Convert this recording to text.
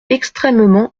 extrêmement